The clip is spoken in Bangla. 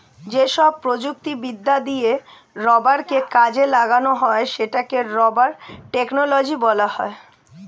যেসব প্রযুক্তিবিদ্যা দিয়ে রাবারকে কাজে লাগানো হয় সেটাকে রাবার টেকনোলজি বলা হয়